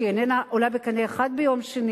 שהיא אינה עולה בקנה אחד ביום שני.